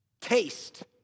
Taste